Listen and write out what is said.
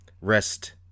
rest